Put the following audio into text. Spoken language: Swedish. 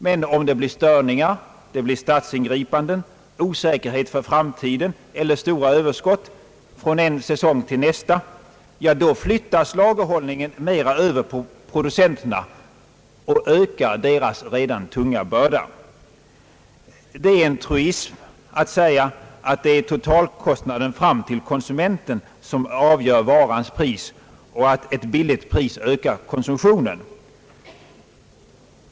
Men vid störningar, statsingripanden, osäkerhet för framtiden eller stora överskott från en säsong till nästa flyttas lagerhållningen över på producenterna och ökar deras redan förut tunga börda. Det är en truism att säga att det är totalkostnaden fram till konsumenten som avgör varans pris och att ett lågt pris ökar konsumtionen.